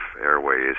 Airways